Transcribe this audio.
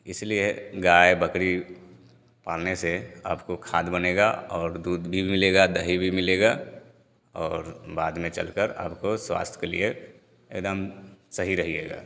इसलिए गाय बकरी पालने से आपको खाद बनेगा और दूध भी मिलेगा दही भी मिलेगा और बाद में चलकर आपको स्वास्थय के लिए एकदम सही रहिएगा